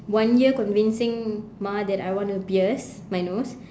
one year convincing ma that I want to pierce my nose